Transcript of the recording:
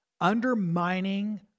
Undermining